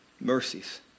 mercies